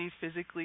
physically